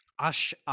Ash